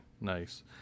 nice